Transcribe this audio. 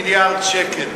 מיליארד שקל,